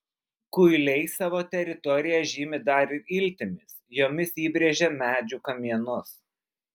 kuiliai savo teritoriją žymi dar ir iltimis jomis įbrėžia medžių kamienus